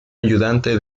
ayudante